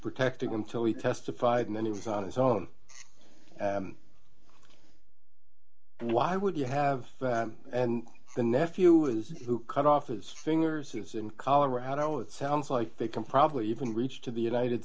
protecting him till he testified and then he was on his own and why would you have and the nephew is who cut off his fingers who's in colorado it sounds like they can probably even reach to the united